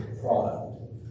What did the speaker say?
product